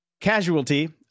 casualty